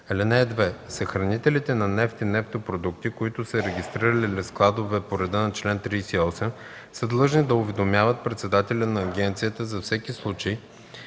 (2) Съхранителите на нефт и нефтопродукти, които са регистрирали складове по реда на чл. 38, са длъжни да уведомяват председателя на агенцията за всеки случай